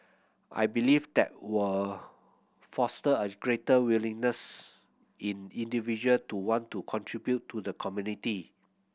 I believe that were foster a greater willingness in individual to want to contribute to the community